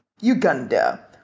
Uganda